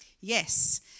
Yes